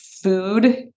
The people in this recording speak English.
Food